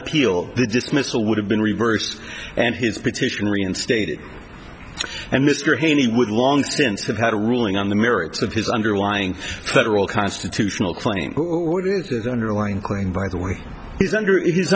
appeal the dismissal would have been reversed and his petition reinstated and mr haney would long since have had a ruling on the merits of his underlying federal constitutional claim underlying claim by the way he's under his